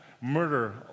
murder